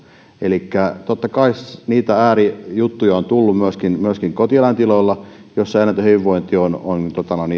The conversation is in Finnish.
elikkä totta kai äärijuttuja on tullut myöskin myöskin kotieläintiloilla joissa eläinten hyvinvointi on on jäänyt